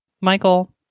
Michael